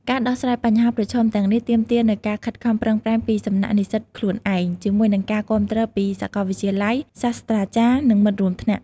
ការដោះស្រាយបញ្ហាប្រឈមទាំងនេះទាមទារនូវការខិតខំប្រឹងប្រែងពីសំណាក់និស្សិតខ្លួនឯង ជាមួយនឹងការគាំទ្រពីសាកលវិទ្យាល័យ សាស្ត្រាចារ្យ និងមិត្តរួមថ្នាក់។